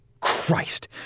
Christ